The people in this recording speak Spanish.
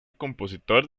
compositor